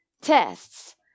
tests